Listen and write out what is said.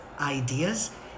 ideas